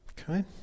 okay